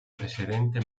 presidente